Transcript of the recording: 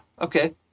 okay